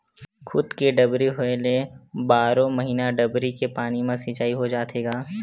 खुद के डबरी होए ले बारो महिना डबरी के पानी म सिचई हो जाथे गा